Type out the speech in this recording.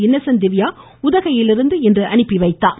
Innocent Divya உதகையிலிருந்து இன்று அனுப்பி வைத்தார்